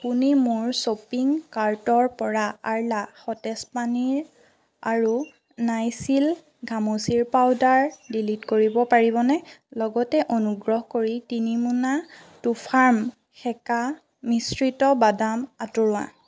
আপুনি মোৰ শ্বপিং কাৰ্টৰ পৰা আৰ্লা সতেজ পনীৰ আৰু নাইচিল ঘামচিৰ পাউদাৰ ডিলিট কৰিব পাৰিবনে লগতে অনুগ্ৰহ কৰি তিনি মোনা টুফাৰ্ম সেকা মিশ্ৰিত বাদাম আঁতৰোৱা